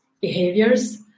behaviors